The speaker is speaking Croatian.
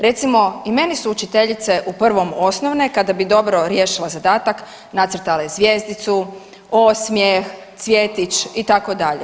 Recimo i meni su učiteljice u prvom osnovne kada bi do ro riješila zadatak nacrtale zvjezdicu, osmjeh, cvjetić itd.